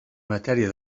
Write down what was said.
matèria